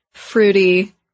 fruity